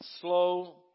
slow